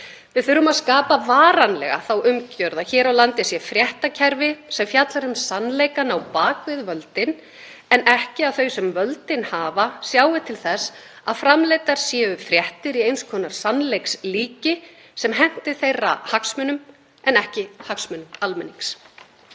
Við þurfum að skapa varanlega þá umgjörð að hér á landi sé fréttakerfi sem fjallar um sannleikann á bak við völdin en ekki að þau sem völdin hafa sjái til þess að framleiddar séu fréttir í eins konar sannleikslíki sem henti þeirra hagsmunum en ekki hagsmunum almennings.